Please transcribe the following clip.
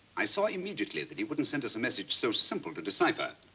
i saw immediately that he wouldn't send us a message so simple to decipher.